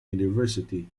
university